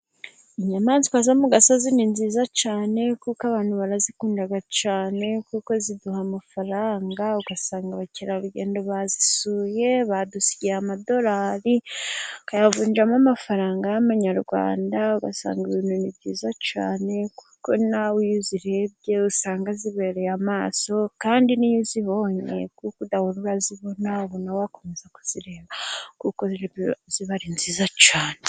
Inyamaswa zo mu gasozi ni nziza cyane kuko abantu barazikunda cyane, kuko ziduha amafaranga , ugasanga abakerarugendo bazisuye badusigiye amadolari bakayavunjamo amafaranga y'amanyarwanda ugasanga ibintu ni byiza cyane ,kuko na we iyo uzirebye usanga zibereye amaso. Kandi n'iyo uzibonye kuko udahora uri kuzibona, wakomeza kuzireba kuko ziba ari nziza cyane.